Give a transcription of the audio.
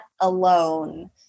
alone